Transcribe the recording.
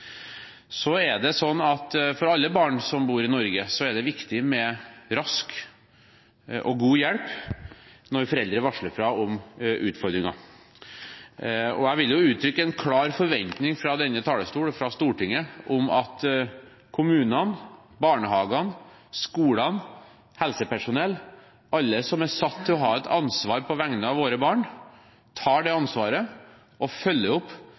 For alle barn som bor i Norge, er det viktig med rask og god hjelp når foreldre varsler om utfordringer. Og jeg vil fra denne talerstolen uttrykke en klar forventning fra Stortinget om at kommunene, barnehagene, skolene, helsepersonell, alle som er satt til å ha et ansvar på vegne av våre barn, tar det ansvaret og følger opp